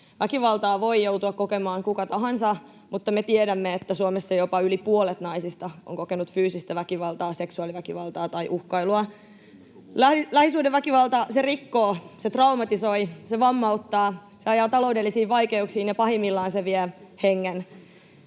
Väkivaltaa voi joutua kokemaan kuka tahansa, mutta me tiedämme, että Suomessa jopa yli puolet naisista on kokenut fyysistä väkivaltaa, seksuaaliväkivaltaa tai uhkailua. Lähisuhdeväkivalta rikkoo, se traumatisoi, se vammauttaa, se ajaa taloudellisiin vaikeuksiin, ja pahimmillaan se vie hengen.